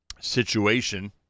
situation